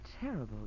terrible